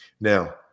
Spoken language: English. now